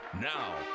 Now